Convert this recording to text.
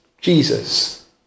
Jesus